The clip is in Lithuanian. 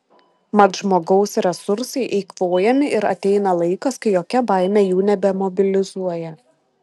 mat žmogaus resursai eikvojami ir ateina laikas kai jokia baimė jų nebemobilizuoja